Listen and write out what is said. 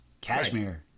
Cashmere